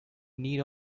need